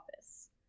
Office